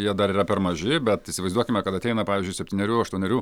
jie dar yra per maži bet įsivaizduokime kad ateina pavyzdžiui septynerių aštuonerių